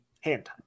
Hand